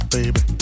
Baby